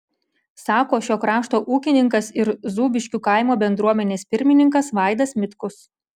sako šio krašto ūkininkas ir zūbiškių kaimo bendruomenės pirmininkas vaidas mitkus